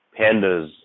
pandas